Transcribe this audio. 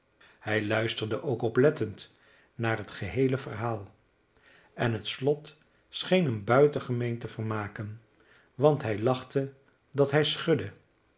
hij luisterde ook oplettend naar het geheele verhaal en het slot scheen hem buitengemeen te vermaken want hij lachte dat hij schudde